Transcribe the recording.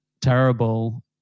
terrible